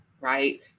right